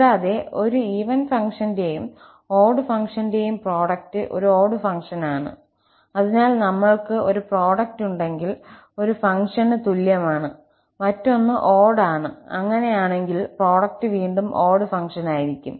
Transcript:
കൂടാതെ ഒരു ഈവൻ ഫംഗ്ഷന്റെയും ഓട് ഫംഗ്ഷന്റെയും പ്രോഡക്റ്റ് ഒരു ഓട് ഫംഗ്ഷനാണ് അതിനാൽ നമ്മൾ ക്ക് പ്രോഡക്റ്റ്ണ്ടെങ്കിൽ ഒരു ഫംഗ്ഷൻ തുല്യമാണ് മറ്റൊന്ന് ഓട് ആണ് അങ്ങനെയാണെങ്കിൽ പ്രോഡക്റ്റ് വീണ്ടും ഓട് ഫംഗ്ഷനായിരിക്കും